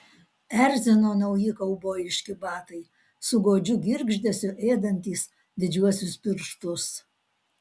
erzino nauji kaubojiški batai su godžiu girgždesiu ėdantys didžiuosius pirštus